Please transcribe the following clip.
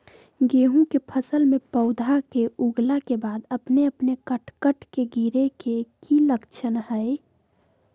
गेहूं के फसल में पौधा के उगला के बाद अपने अपने कट कट के गिरे के की लक्षण हय?